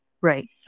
Right